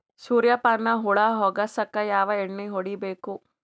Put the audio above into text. ಸುರ್ಯಪಾನ ಹುಳ ಹೊಗಸಕ ಯಾವ ಎಣ್ಣೆ ಹೊಡಿಬೇಕು?